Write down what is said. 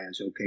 okay